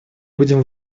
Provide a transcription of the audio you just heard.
будем